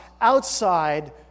outside